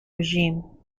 regime